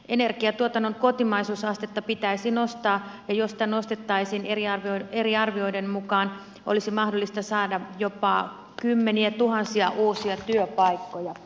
energiatuotannon kotimaisuusastetta pitäisi nostaa ja jos sitä nostettaisiin eri arvioiden mukaan olisi mahdollista saada jopa kymmeniätuhansia uusia työpaikkoja